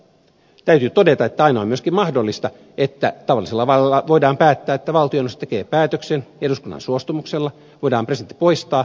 täytyy todeta että aina on myöskin mahdollista että tavallisella vallalla voidaan päättää että valtioneuvosto tekee päätöksen eduskunnan suostumuksella voidaan presidentti poistaa